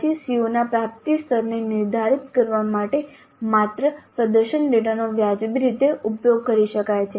પછી CO ના પ્રાપ્તિ સ્તરને નિર્ધારિત કરવા માટે માત્ર પ્રદર્શન ડેટાનો વ્યાજબી રીતે ઉપયોગ કરી શકાય છે